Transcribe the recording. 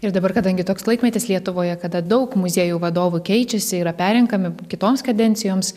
ir dabar kadangi toks laikmetis lietuvoje kada daug muziejų vadovų keičiasi yra perrenkami kitoms kadencijoms